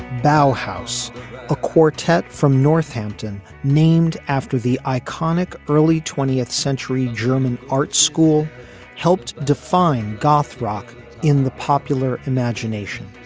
bough house a quartet from northampton named after the iconic early twentieth century german art school helped define goth rock in the popular imagination.